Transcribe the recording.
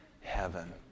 heaven